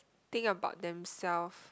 think about themselves